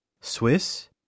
Swiss